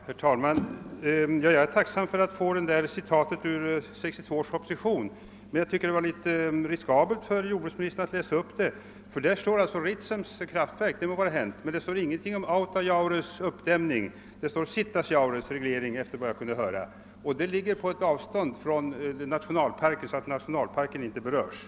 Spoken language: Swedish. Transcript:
Herr talman! Jag är tacksam för citatet ur 1962 års proposition. Jag tycker att det var litet riskabelt för herr jordbruksministern att läsa upp det. Där omnäms Ritsems kraftverk, men det säges ingenting om Autajaures uppdämning. Man talar bara om regleringen av Sitasjaure, som ligger på ett sådant avstånd från nationalparken att den inte berörs av denna reglering.